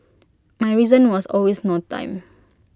my reason was always no time